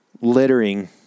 littering